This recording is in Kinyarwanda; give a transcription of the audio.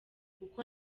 uko